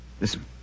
Listen